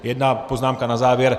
Jedna poznámka na závěr.